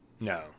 No